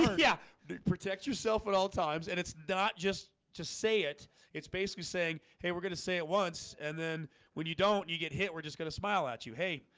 yeah but protect yourself at all times and it's not just to say it it's basically saying hey, we're gonna say it once and then when you don't you get hit we're just gonna smile at you hey,